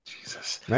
jesus